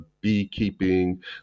beekeeping